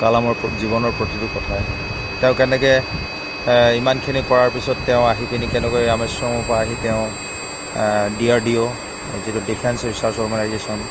কালামৰ জীৱনৰ প্ৰতিটো কথাই তেওঁ কেনেকৈ ইমানখিনি কৰাৰ পিছত তেওঁ আহিপেনি কেনেকৈ ৰামেশ্বৰমৰ পৰা আহি তেওঁ ডি আৰ ডি অ' যিটো ডিফেন্স ৰিচাৰ্ছ অৰ্গেনাইজেশ্যন